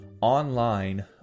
online